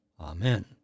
Amen